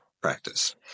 practice